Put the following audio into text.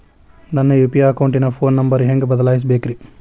ನನ್ನ ಯು.ಪಿ.ಐ ಅಕೌಂಟಿನ phone number ಹೆಂಗ್ ಬದಲಾಯಿಸ ಬೇಕ್ರಿ?